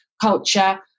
culture